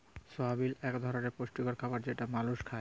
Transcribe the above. সয়াবিল এক ধরলের পুষ্টিকর খাবার যেটা মালুস খায়